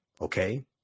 okay